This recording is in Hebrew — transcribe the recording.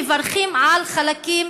אנחנו מברכים על חלקים,